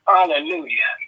Hallelujah